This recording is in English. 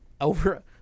over